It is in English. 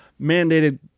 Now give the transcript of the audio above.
mandated –